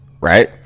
right